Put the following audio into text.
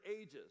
ages